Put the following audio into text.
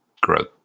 growth